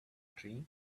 tree